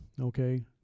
okay